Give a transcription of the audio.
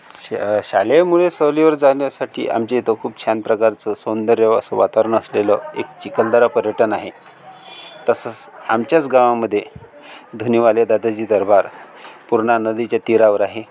श शालेय मुले सहलीवर जाण्यासाठी आमच्या इथं खूप छान प्रकारचं सौंदर्य व असं वातावरण असलेलं एक चिखलदरा पर्यटन आहे तसंस आमच्यास गावामधे धनेवाले दादाजी दरबार पूर्णा नदीच्या तीरावर आहे